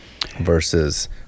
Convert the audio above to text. versus